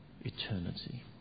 eternity